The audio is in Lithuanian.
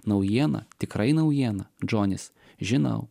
naujiena tikrai naujiena džonis žinau